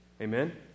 Amen